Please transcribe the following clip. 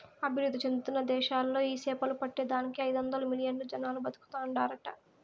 అభివృద్ధి చెందుతున్న దేశాలలో ఈ సేపలు పట్టే దానికి ఐదొందలు మిలియన్లు జనాలు బతుకుతాండారట